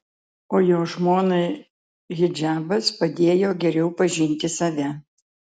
o jo žmonai hidžabas padėjo geriau pažinti save